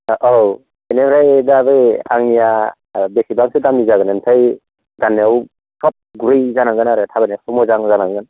औ बेनिफ्राय दा बै आंनिया बेसेबांसो दामनि जागोन ओमफ्राय गान्नायाव सफ्त गुरै जानांगोन आरो थाबायनायफ्राव मोजां जानांगोन